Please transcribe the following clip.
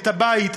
את הבית,